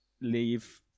leave